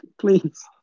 please